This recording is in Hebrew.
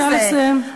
בבקשה לסיים.